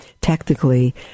Technically